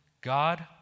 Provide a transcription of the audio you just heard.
God